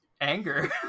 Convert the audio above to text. anger